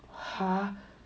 !huh!